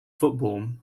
football